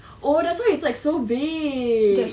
oh that's why it's like so big